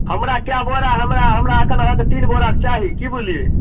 हमरा कै बोरा हमरा हमरा एखन अहाँकऽ तीन बोरा चाही की बुझलियै